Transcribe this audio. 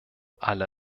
alle